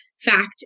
fact